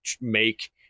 make